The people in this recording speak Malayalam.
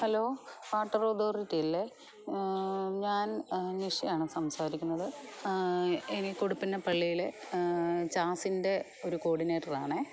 ഹലോ വാട്ടർ അതോറിറ്റിയല്ലേ ഞാൻ നിഷയാണ് സംസാരിക്കുന്നത് എനിക്ക് ഉടിപ്പിന പള്ളിയിലെ ജാസിൻ്റെ ഒരു കോഡിനേറ്ററാണേ